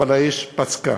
אבל האש פסקה.